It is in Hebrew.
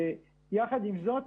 יחד עם זאת,